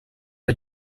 que